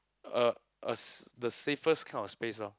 uh a the safest kind of place loh